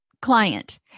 client